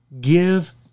give